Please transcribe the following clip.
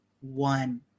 one